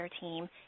team